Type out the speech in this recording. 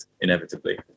inevitably